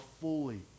fully